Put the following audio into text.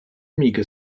amiga